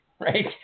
Right